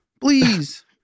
Please